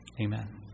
Amen